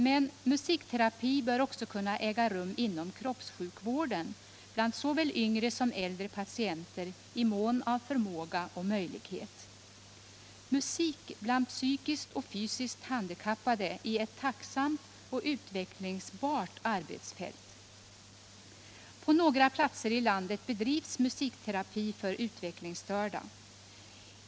Men musikterapi bör också kunna äga rum inom kroppssjukvården bland såväl yngre som äldre patienter i mån av förmåga och möjlighet. Musik bland psykiskt och fysiskt handikappade är ett tacksamt och utvecklingsbart arbetsfält. På några platser i landet bedrivs musikterapi för 'utvecklingsstörda.